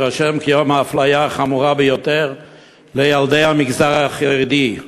יירשם כיום האפליה החמורה ביותר של ילדי המגזר החרדי,